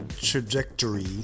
trajectory